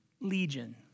Legion